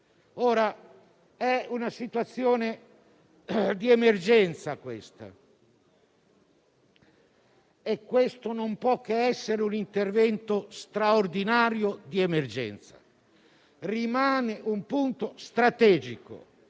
è una situazione di emergenza e questo non può che essere un intervento straordinario nell'emergenza. Rimane però un punto strategico.